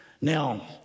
Now